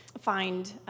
find